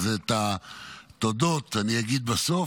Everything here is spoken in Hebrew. את התודות אני אגיד בסוף,